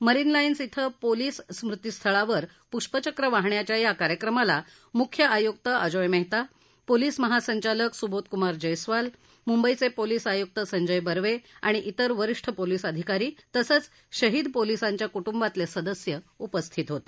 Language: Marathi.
मरीन लाईन्स इथं पोलीस स्मृतीस्थळावर प्ष्पचक्र वाहण्याच्या या कार्यक्रमाला मुख्य आयुक्त अजोय मेहता पोलीस महासंचालक सुबोधकमार जैसवाल मुंबईचे पोलीस आयुक्त संजय बर्वे आणि इतर वरिष्ठ पोलीस अधिकारी तसंच शहीद पोलीसांच्या कृट्ंबातले सदस्य उपस्थित होते